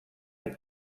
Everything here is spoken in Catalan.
amb